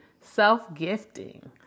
self-gifting